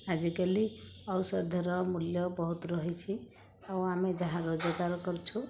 ଆଜିକାଲି ଔଷଧର ମୂଲ୍ୟ ବହୁତ ରହିଛି ଆଉ ଆମେ ଯାହା ରୋଜଗାର କରୁଛୁ